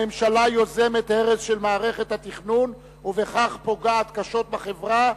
הממשלה יוזמת הרס של מערכת התכנון ובכך פוגעת קשות בחברה,